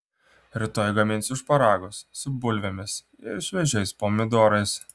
rytoj gaminsiu šparagus su bulvėmis ir šviežiais pomidorais